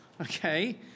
okay